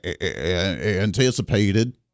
anticipated